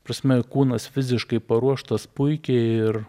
prasme kūnas fiziškai paruoštas puikiai ir